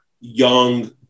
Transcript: young